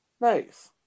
nice